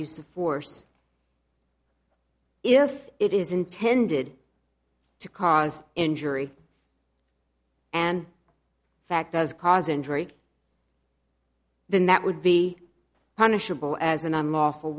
of force if it is intended to cause injury and fact does cause injury then that would be punishable as an unlawful